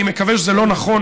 אני מקווה שזה לא נכון,